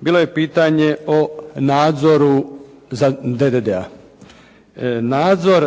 Bilo je pitanje o nadzoru DDD-a. Nadzor